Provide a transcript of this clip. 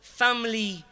family